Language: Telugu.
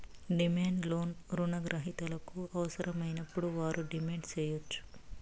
డిమాండ్ లోన్ రుణ గ్రహీతలకు అవసరమైనప్పుడు వారు డిమాండ్ సేయచ్చు